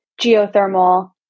geothermal